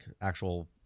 actual